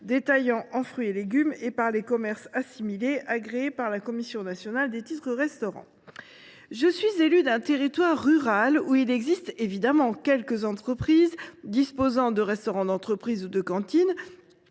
détaillants en fruits et légumes et par les commerces assimilés agréés par la Commission nationale des titres restaurant. Je suis l’élue d’un territoire rural, où il existe évidemment quelques entreprises disposant de restaurants d’entreprises ou de cantines,